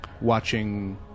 watching